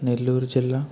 నెల్లూరు జిల్లా